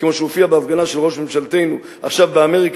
כמו שהוא הופיע בהפגנה של ראש ממשלתנו עכשיו באמריקה,